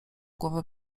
głowę